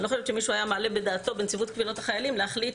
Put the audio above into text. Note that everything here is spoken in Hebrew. אני לא חושבת שמישהו היה מעלה בדעתו בנציבות קבילות החיילים להחליט